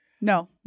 No